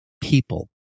people